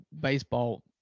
baseball